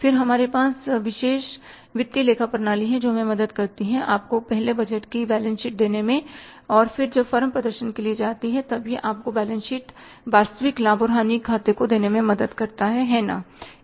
फिर हमारे पास विशेष वित्तीय लेखा प्रणाली है जो हमें मदद करती है कि आपको पहले बजट की बैलेंस शीट देने में और फिर जब फर्म प्रदर्शन के लिए जाती हैं तब यह आपको वास्तविक बैलेंस शीट वास्तविक लाभ और हानि खातों को देने में मदद करता है है ना